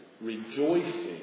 rejoicing